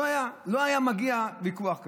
לא היה מגיע ויכוח כזה.